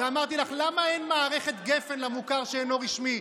ואמרתי לך: למה אין מערכת גפ"ן למוכר שאינו רשמי?